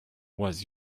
was